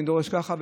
אני דורש ככה.